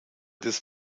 des